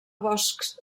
boscs